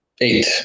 Eight